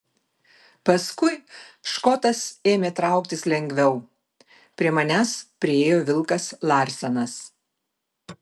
paskui škotas ėmė trauktis lengviau prie manęs priėjo vilkas larsenas